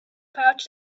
pouch